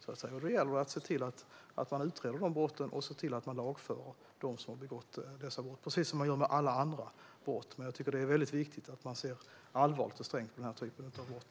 Då gäller det att utreda dessa brott och lagföra dem som begått brotten, precis som man gör med alla andra brott. Jag tycker dock att det är väldigt viktigt att man ser allvarligt och strängt på den här typen av brott.